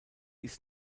ist